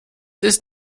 ist